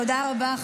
תודה רבה.